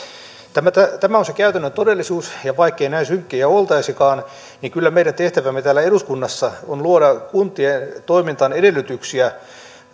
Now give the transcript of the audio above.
tämä on se käytännön todellisuus ja vaikkei näin synkkiä oltaisikaan niin kyllä meidän tehtävämme täällä eduskunnassa on luoda kuntien toimintaan edellytyksiä